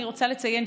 אני רוצה לציין,